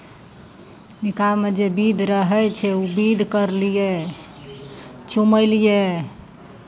निकाहमे जे विधि रहै छै ओ विधि करलियै चुमयलियै